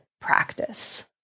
practice